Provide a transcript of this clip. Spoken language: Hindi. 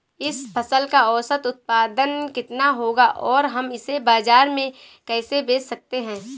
इस फसल का औसत उत्पादन कितना होगा और हम इसे बाजार में कैसे बेच सकते हैं?